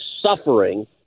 suffering